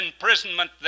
imprisonment